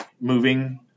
moving